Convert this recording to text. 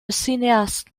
cinéaste